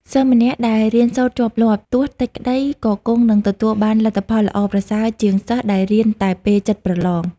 សិស្សម្នាក់ដែលរៀនសូត្រជាប់លាប់ ទោះតិចក្តី ក៏គង់នឹងទទួលបានលទ្ធផលល្អប្រសើរជាងសិស្សដែលរៀនតែពេលជិតប្រឡង។